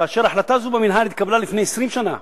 כאשר החלטה זו התקבלה במינהל לפני 20 שנה,